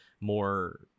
more